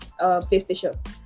Playstation